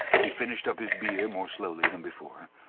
he finished up his beer, more slowly than before.